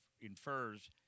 infers